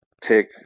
take